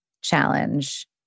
challenge